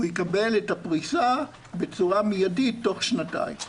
הוא יקבל את הפריסה בצורה מיידית תוך שנתיים.